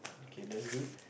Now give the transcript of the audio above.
okay that's good